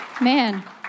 Man